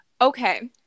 Okay